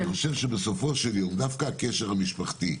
אני חושב שבסופו של דבר דווקא הקשר המשפחתי,